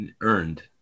earned